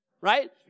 Right